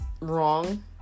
wrong